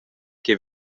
ch’ei